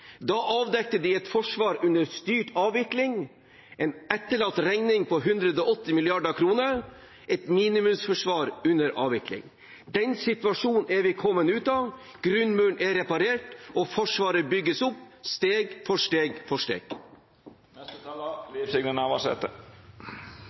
Da avdekket de et forsvar under styrt avvikling, en etterlatt regning på 180 mrd. kr, et minimumsforsvar under avvikling. Den situasjonen er vi kommet ut av. Grunnmuren er reparert, og Forsvaret bygges opp steg for steg.